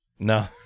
No